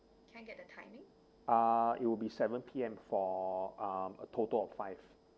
uh it will be seven P_M for um a total of five